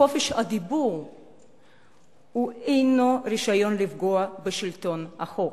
חופש הדיבור אינו רשיון לפגוע בשלטון החוק.